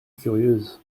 curieuse